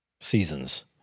seasons